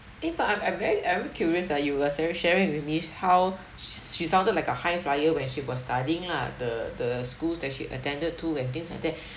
eh but I'm I'm I very I curious ah you were sha~ sharing with me how s~ she sounded like a high flyer when she was studying lah the the schools that she attended to and things like that